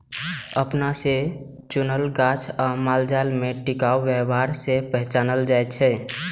अपना से चुनल गाछ आ मालजाल में टिकाऊ व्यवहार से पहचानै छै